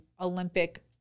Olympic